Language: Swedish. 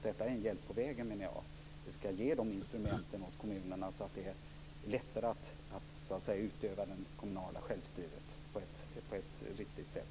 Detta är en hjälp på vägen, menar jag, som skall ge kommunerna instrumenten för att lättare utöva det kommunala självstyret på ett riktigt sätt.